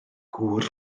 gŵr